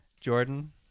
Jordan